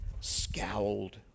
scowled